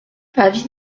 avis